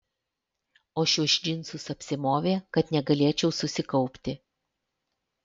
o šiuos džinsus apsimovė kad negalėčiau susikaupti